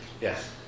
Yes